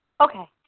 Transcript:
Okay